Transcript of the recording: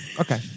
Okay